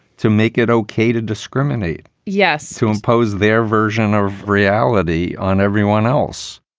to make it okay. to discriminate. yes. to impose their version of reality on everyone else